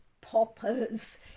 poppers